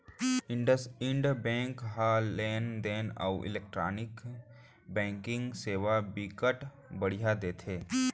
IndusInd bank ह लेन देन अउ इलेक्टानिक बैंकिंग सेवा बिकट बड़िहा देथे